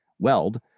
Weld